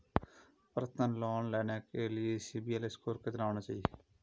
Personal loan लेने के लिए सिबिल स्कोर कितना होना चाहिए?